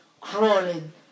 crawling